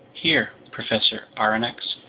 here, professor aronnax,